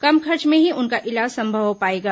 कम खर्च में ही उनका इलाज संभव हो पाएगा